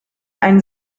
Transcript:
ein